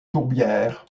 tourbières